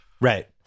Right